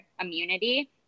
immunity